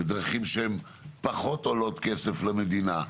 בדרכים שהן פחות עולות כסף למדינה.